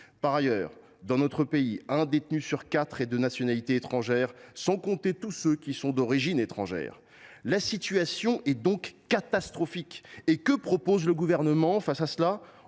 Par ailleurs, dans notre pays, un détenu sur quatre est de nationalité étrangère, sans compter tous ceux qui sont d’origine étrangère. La situation est donc catastrophique. Face à cela, que propose le Gouvernement ? Encore